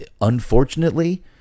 unfortunately